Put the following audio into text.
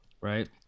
right